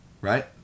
right